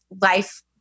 life